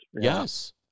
yes